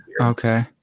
Okay